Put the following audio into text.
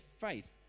faith